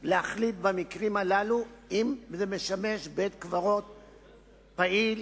להחליט במקרים הללו אם זה משמש בית-קברות פעיל,